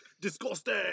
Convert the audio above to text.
disgusting